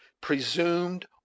presumed